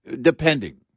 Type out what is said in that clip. depending